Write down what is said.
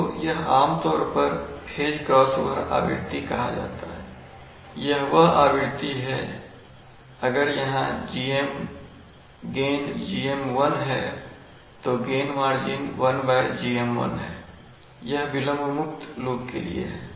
तो यह आम तौर पर फेज क्रॉस ओवर आवृत्ति कहा जाता हैऔर यह वह आवृत्ति है अगर यहां गेन GM1 है तो गेन मार्जिन 1GM1 है यह विलंब मुक्त लूप के लिए है